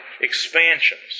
expansions